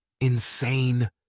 Insane